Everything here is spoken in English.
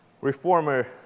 Reformer